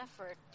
effort